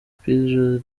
peace